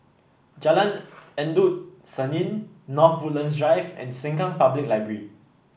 Jalan Endut Senin North Woodlands Drive and Sengkang Public Library